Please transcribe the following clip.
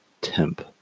temp